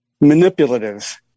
manipulative